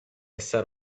set